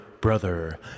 Brother